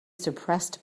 suppressed